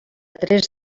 tres